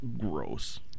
gross